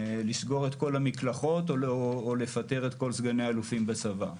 לסגור את כל המקלחות או לפטר את כל סגני אלופים בצבא,